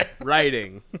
writing